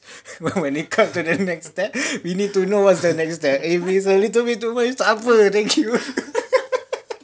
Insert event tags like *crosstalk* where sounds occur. when it comes to the next steps we need to know what's the next step if it's a little bit too much takpe thank you *laughs*